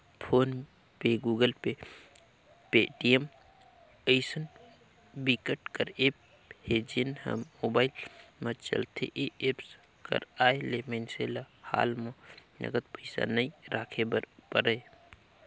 phone पे, Google Pay, Paytm अइसन बिकट कर ऐप हे जेन ह मोबाईल म चलथे ए एप्स कर आए ले मइनसे ल हात म नगद पइसा नइ राखे बर परय